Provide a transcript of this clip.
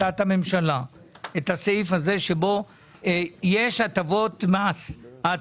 אני יודע שהייתה טיוטה שהסתובבה בממשלה -- ושם היו את ההטבות